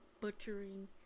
butchering